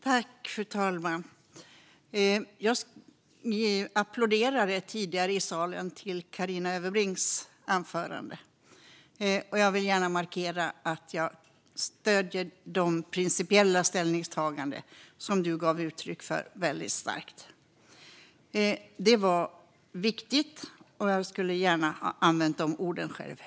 Fru talman! Jag applåderade tidigare i salen efter Carina Ödebrinks anförande. Jag vill gärna markera att jag stöder de principiella ställningstaganden som hon gav uttryck för väldigt starkt. Det var viktigt, och jag skulle gärna ha använt de orden själv.